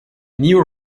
new